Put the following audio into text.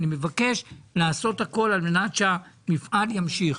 אני מבקש לעשות הכול על-מנת שהמפעל ימשיך.